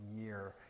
year